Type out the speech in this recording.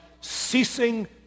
ceasing